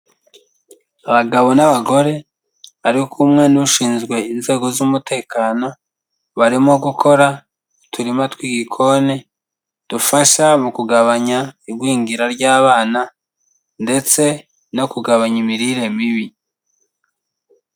Abagabo n'abagore bari kumwe n'ushinzwe inzego z'umutekano, barimo gukora uturima tw'igikoni dufasha mu kugabanya igwingira ry'abana ndetse no kugabanya imirire mibi.